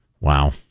Wow